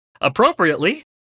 Appropriately